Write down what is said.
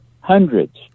hundreds